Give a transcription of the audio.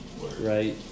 Right